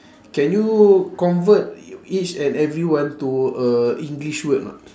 can you convert e~ each and every one to a english word or not